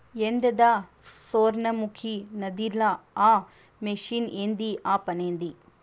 ఏందద సొర్ణముఖి నదిల ఆ మెషిన్ ఏంది ఆ పనేంది